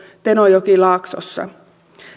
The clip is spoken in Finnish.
tenojokilaaksossa